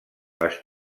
les